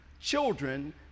Children